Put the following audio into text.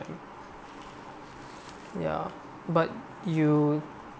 ya but you